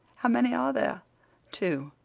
how many are there? two.